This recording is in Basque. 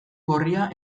gorria